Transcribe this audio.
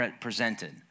presented